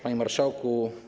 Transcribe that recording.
Panie Marszałku!